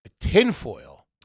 Tinfoil